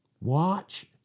Watch